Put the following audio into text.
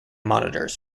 monitors